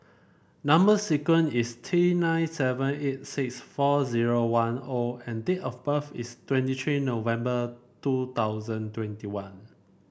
number sequence is T nine seven eight six four zero one O and date of birth is twenty three November two thousand twenty one